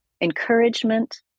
encouragement